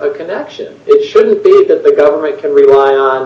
a connection it shouldn't be that the government can rely on